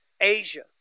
Asia